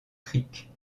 crique